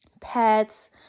pets